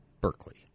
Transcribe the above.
Berkeley